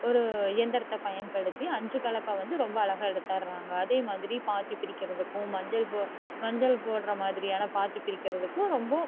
ஒரு இயந்திரத்தை பயன்படுத்தி அஞ்சு கலப்பை வந்து ரொம்ப அழகாக எடுத்துடறாங்க அதே மாதிரி பாத்தி பிரிக்கிறதுக்கும் மஞ்சள் போ மஞ்சள் போடற மாதிரியான பாத்தி பிரிக்கிறதுக்கும் ரொம்ப